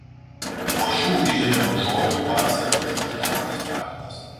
po šių iždininko žodžių pacą išmušė šaltas prakaitas